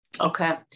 Okay